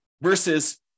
versus